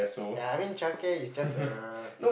ya I mean childcare is just a